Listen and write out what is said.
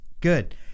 good